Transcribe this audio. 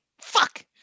Fuck